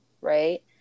right